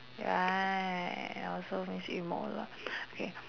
ya I also miss yu mou lah okay